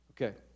Okay